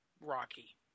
rocky